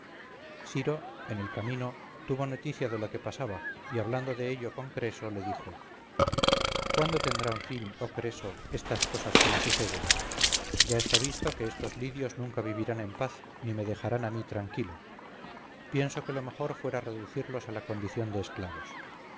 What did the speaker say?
ciro en el camino tuvo noticia de lo que pasaba y hablando de ello con creso le dijo cuándo tendrán fin oh creso estas cosas que me suceden ya está visto que esos lidios nunca vivirán en paz ni me dejarán a mí tranquilo pienso que lo mejor fuera reducirlos a la condición de esclavos